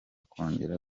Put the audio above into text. kongera